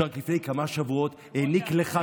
שרק לפני כמה שבועות העניק לך,